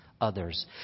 others